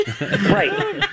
Right